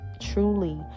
truly